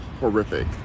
horrific